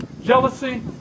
Jealousy